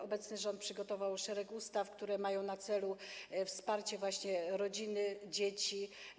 Obecny rząd przygotował szereg ustaw, które mają na celu wsparcie właśnie rodziny, dzieci.